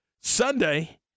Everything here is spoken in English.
Sunday